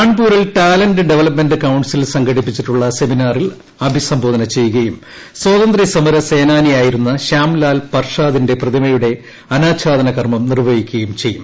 കാൺപൂരിൽ talent development council സംഘടിപ്പിച്ചിട്ടുള്ള സെമിനാറിൽ അഭിസംബോധന ചെയ്യുകയും സ്വാതന്ത്ര്യസമര സേനാനിയായിരുന്ന ശ്യാംലാൽ പർഷാദിന്റെ പ്രതിമയുടെ അനാച്ഛാദന കർമ്മം നിർവ്വഹിക്കുകയും ചെയ്യും